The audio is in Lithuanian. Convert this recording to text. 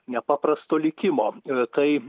nepaprasto likimo e tai